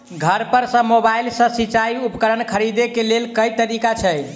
घर पर सऽ मोबाइल सऽ सिचाई उपकरण खरीदे केँ लेल केँ तरीका छैय?